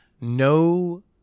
no